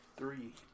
Three